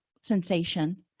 sensation